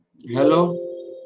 Hello